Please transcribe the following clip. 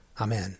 Amen